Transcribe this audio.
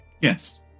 yes